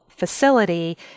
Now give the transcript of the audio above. facility